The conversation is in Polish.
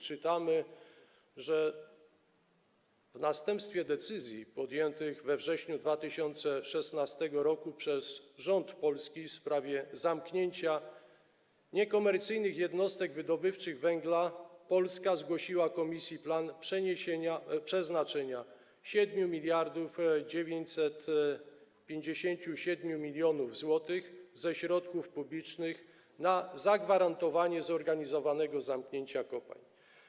Czytamy tam, że w następstwie decyzji podjętych we wrześniu 2016 r. przez rząd Polski w sprawie zamknięcia niekomercyjnych jednostek wydobywczych węgla Polska zgłosiła Komisji plan przeznaczenia 7957 mln zł ze środków publicznych na zagwarantowanie zorganizowanego zamknięcia kopalń.